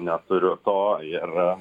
neturiu to ir